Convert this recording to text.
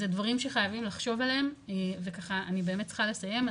זה דברים שחייבים לחשוב עליהם וככה אני באמת צריכה לסיים,